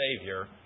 Savior